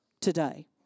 today